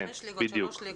שלוש ליגות,